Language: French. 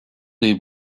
des